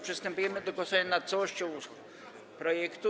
Przystępujemy do głosowania nad całością projektu.